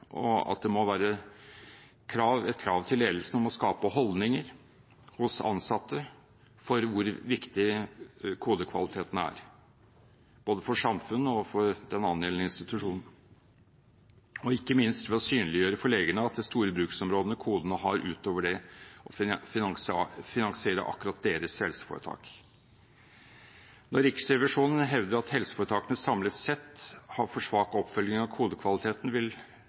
og at det må være et krav til ledelsen om å skape holdninger hos ansatte for hvor viktig kodekvaliteten er, både for samfunnet og for den angjeldende institusjon, ikke minst ved å synliggjøre for legene det store bruksområdet kodene har, utover det å finansiere akkurat deres helseforetak. Når Riksrevisjonen hevder at helseforetakene samlet sett har for svak oppfølging av